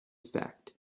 fact